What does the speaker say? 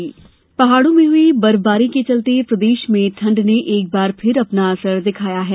मौसम पहाड़ों में हुई बर्फबारी के चलते प्रदेश में ठंड ने एक बार फिर अपना असर दिखाया है